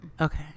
okay